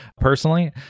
personally